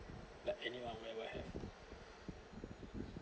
like anyone will will have